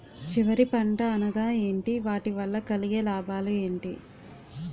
చివరి పంట అనగా ఏంటి వాటి వల్ల కలిగే లాభాలు ఏంటి